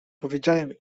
powiedziałem